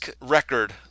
record